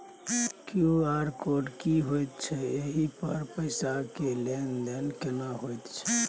QR code की होयत छै एहि पर पैसा के लेन देन केना होयत छै?